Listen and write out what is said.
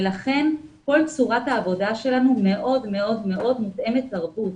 לכן כל צורת העבודה שלנו מאוד מאוד מותאמת תרבות.